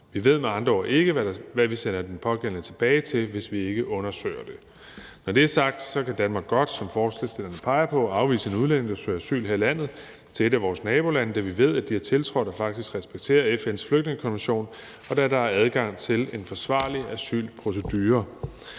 Vi ved med andre ord ikke, hvad vi sender den pågældende tilbage til, hvis vi ikke undersøger det. Når det er sagt, kan Danmark godt, som forslagsstillerne peger på, udvise en udlænding, der søger asyl her i landet, til et af vores nabolande, da vi ved, at de har tiltrådt og faktisk respekterer FN's flygtningekonvention, og da der dér er adgang til en forsvarlig asylprocedure.